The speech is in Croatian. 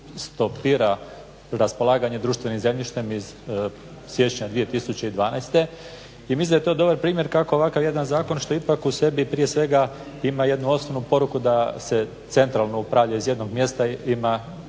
stopira raspolaganje društvenim zemljištem iz siječanja 2012. i mislim da je ovo jedan dobar primjer kako jedan ovako dobar zakon što ipak u sebi prije svega ima jednu osobnu poruku da se centralno upravlja iz jednog mjesta ima